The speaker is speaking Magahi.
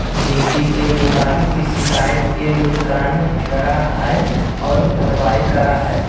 नीति के मुताबिक शिकायत के मूल्यांकन करा हइ और कार्रवाई करा हइ